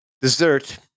Dessert